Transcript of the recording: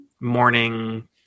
morning